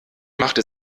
machte